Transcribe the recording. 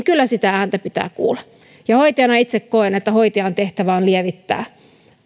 ääntä pitää kuulla ja hoitajana itse koen että hoitajan tehtävä on lievittää